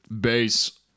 Bass